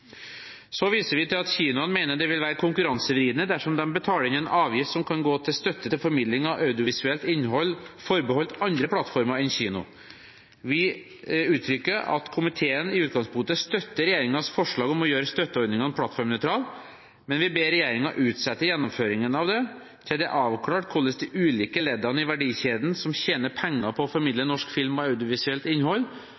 Så viser vi til at kinoene mener det vil være konkurransevridende dersom de betaler inn en avgift som kan gå til støtte til formidling av audiovisuelt innhold forbeholdt andre plattformer enn kino. Vi uttrykker at komiteen i utgangspunktet støtter regjeringens forslag om å gjøre støtteordningene plattformnøytrale, men vi ber regjeringen utsette gjennomføringen av det til det er avklart hvordan de ulike leddene i verdikjeden som tjener penger på å formidle norsk film og audiovisuelt innhold,